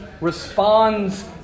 responds